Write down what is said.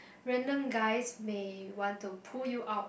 random guys may want to pull you out